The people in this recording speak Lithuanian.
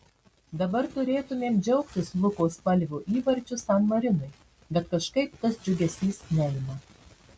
dabar turėtumėm džiaugtis luko spalvio įvarčiu san marinui bet kažkaip tas džiugesys neima